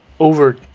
over